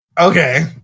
Okay